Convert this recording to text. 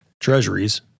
treasuries